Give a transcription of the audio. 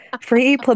Free